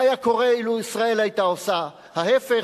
מה היה קורה אילו ישראל היתה עושה ההיפך,